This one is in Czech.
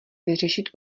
vyřešit